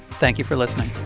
thank you for listening